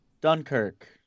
Dunkirk